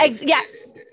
Yes